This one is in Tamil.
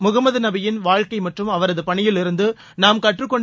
முகமது நபியின் வாழ்க்கை மற்றும் அவரது பணியிலிருந்து நாம் கற்றுக் கொண்டு